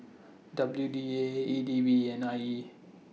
W D A A D B and I E